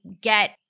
get